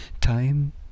time